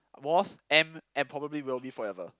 was am and probably will be forever